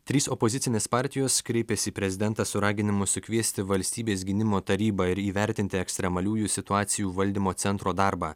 trys opozicinės partijos kreipėsi į prezidentą su raginimu sukviesti valstybės gynimo tarybą ir įvertinti ekstremaliųjų situacijų valdymo centro darbą